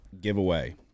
giveaway